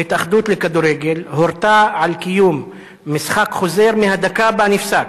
ההתאחדות לכדורגל הורתה על קיום משחק חוזר מהדקה שבה נפסק,